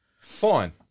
Fine